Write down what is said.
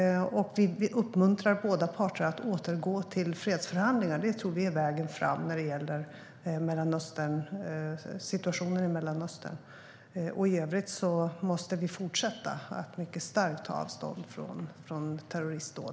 Vi uppmuntrar båda parter att återgå till fredsförhandlingar. Det tror vi är vägen framåt när det gäller situationen i Mellanöstern. I övrigt måste vi fortsätta att mycket starkt ta avstånd från terroristdåd.